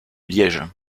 liège